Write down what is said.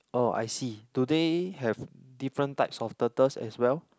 oh I see do they have different types of turtle as well